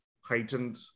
heightened